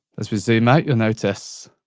as we zoom out you'll notice